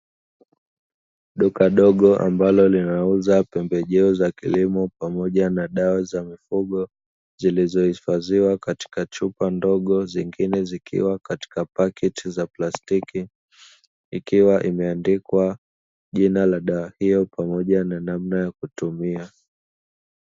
Duka dogo ambalo linauza pembejeo za kilimo pamoja na dawa za mifugo, zilizohifadhiwa katika chupa ndogo zingine zikiwa katika paketi za plastiki, ikiwa imeandikwa jina la dawa hiyo pamoja na namna ya kutumia.